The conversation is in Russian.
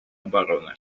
обороны